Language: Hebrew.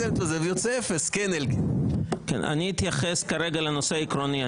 אני אתייחס כרגע לנושא העקרוני.